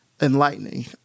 enlightening